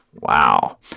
Wow